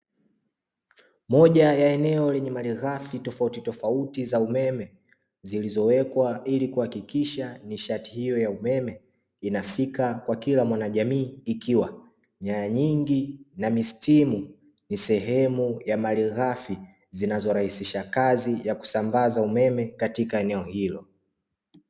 Moja ya eneo lenye malighafi tofautitofauti za umeme zikizowekwa ili kuhakikisha nishati hiyo ya umeme inafika kwa kila mwanajamii ikiwa, nyaya nyingi ni mistimu ni sehemu ya malighafi zinazorahisisha kazi ya kusambaza umeme katika eneo hilo.